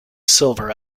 silver